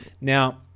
Now